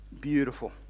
beautiful